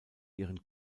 ihren